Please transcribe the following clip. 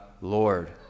Lord